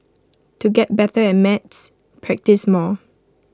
to get better at maths practise more